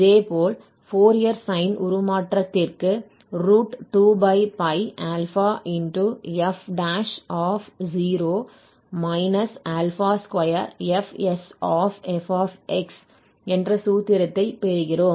இதேபோல் Fourier sine உருமாற்றத்திற்கு 2α f0 2Fsfx என்ற சூத்திரத்தைப் பெறுகிறோம்